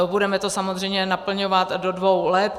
Budeme to samozřejmě naplňovat do dvou let.